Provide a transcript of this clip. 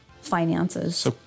finances